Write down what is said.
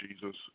Jesus